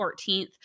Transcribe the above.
14th